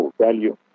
value